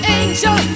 angel